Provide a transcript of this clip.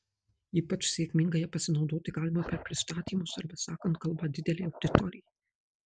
ypač sėkmingai ja pasinaudoti galima per pristatymus arba sakant kalbą didelei auditorijai